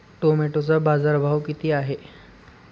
टोमॅटोचा बाजारभाव किती आहे?